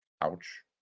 Ouch